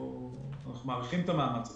אנחנו מעריכים את המאמץ הזה.